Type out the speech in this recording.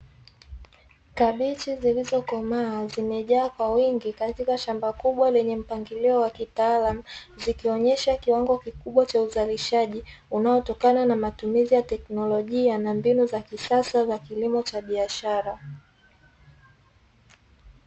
Kabichi zilizokomaa zimejaa kwa wingi katika shamba kubwa lenye mpangilio wa kitaalamu zikionyesha kiwango kikubwa cha uzalishaji unaotokana na matumizi ya teknolojia na mbinu za kisasa za kilimo cha biashara.